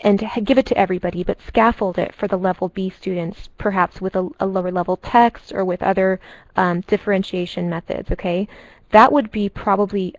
and to give it to everybody but scaffold it for the level b students, perhaps with ah a lower level text or with other differentiation methods. that would be probably,